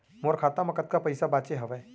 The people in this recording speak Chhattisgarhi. मोर खाता मा कतका पइसा बांचे हवय?